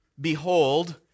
Behold